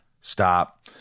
stop